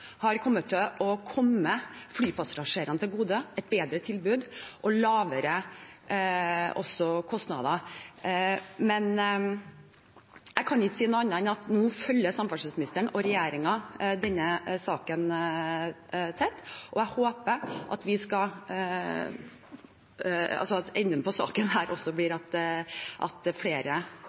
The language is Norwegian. kommet flypassasjerene til gode gjennom et bedre tilbud og også lavere kostnader. Jeg kan ikke si noe annet enn at nå følger samferdselsministeren og regjeringen denne saken tett, og jeg håper at enden på saken også blir at flere